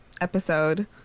episode